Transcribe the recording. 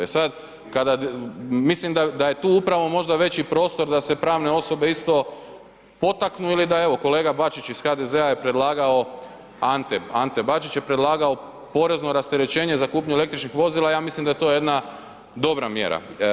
Mislim da je tu upravo možda veći prostor da se pravne osobe isto potaknu ili da evo kolega Bačić iz HDZ-a je predlagao, Ante Bačić je predlagao porezno rasterećenje za kupnju električnih vozila i ja mislim da je to jedna dobra mjera.